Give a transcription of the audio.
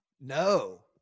No